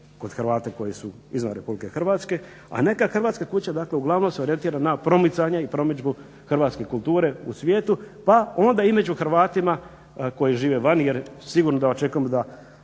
kod Hrvata koji su izvan Republike Hrvatske, a neka Hrvatska kuća dakle uglavnom se orijentira na promicanje i promidžbu hrvatske kulture u svijetu pa onda i među Hrvatima koji žive vani, jer sigurno da očekujemo da